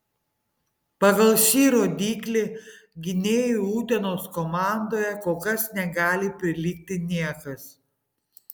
pagal šį rodiklį gynėjui utenos komandoje kol kas negali prilygti niekas